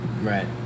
right